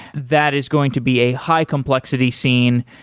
that is going to be a high complexity scene,